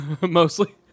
mostly